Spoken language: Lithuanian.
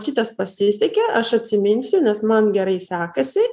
šitas pasisekė aš atsiminsiu nes man gerai sekasi